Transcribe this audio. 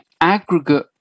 aggregate